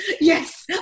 Yes